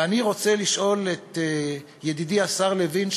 ואני רוצה לשאול את ידידי השר לוין,